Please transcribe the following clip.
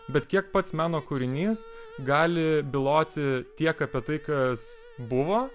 bet kiek pats meno kūrinys gali byloti tiek apie tai kas buvo